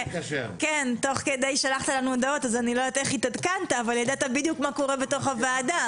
כן אז אני לא יודעת איך התעדכנת אבל ידעת בדיוק מה קורה בתוך הוועדה.